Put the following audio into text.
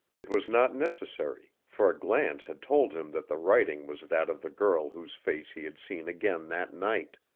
it was not necessary, for a glance had told him that the writing was that of the girl whose face he had seen again that night